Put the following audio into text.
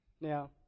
Now